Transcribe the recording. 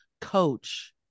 coach